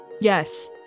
Yes